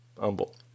humble